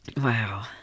Wow